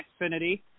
Xfinity